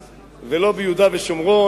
לא בירושלים, לא ביהודה ושומרון